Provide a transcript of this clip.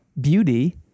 beauty